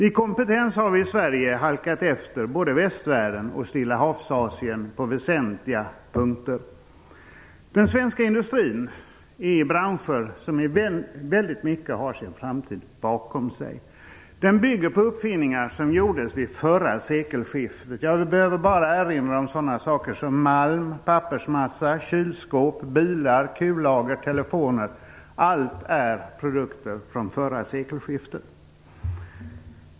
I kompetens har vi i Sverige halkat efter både västvärlden och Stillahavsasien på väsentliga punkter. Den svenska industrin verkar i branscher som i väldigt mycket har sin framtid bakom sig. Den bygger på uppfinningar som gjordes vid förra sekelskiftet. Jag behöver bara erinra om sådana produkter som malm, pappersmassa, kylskåp, bilar, kullager och telefoner - allt är produkter från förra sekelskiftet.